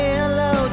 hello